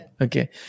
Okay